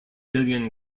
million